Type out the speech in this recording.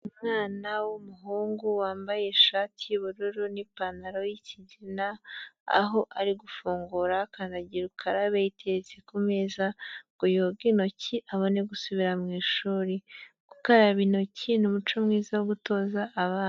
Umwana w'umuhungu wambaye ishati y'ubururu n'ipantaro y'ikigina, aho ari gufungura kandagira ukarabe iteretse ku meza ngo yoge intoki abone gusubira mu ishuri. Gukaraba intoki ni umuco mwiza wo gutoza abana.